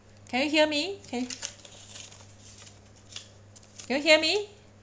can you hear me can can you hear me